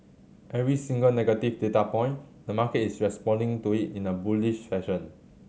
every single negative data point the market is responding to it in a bullish fashion